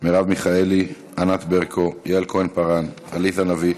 מרב מיכאלי, ענת ברקו, יעל כהן-פארן, עליזה לביא,